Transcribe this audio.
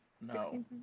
No